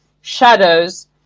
shadows